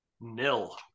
Nil